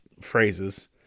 phrases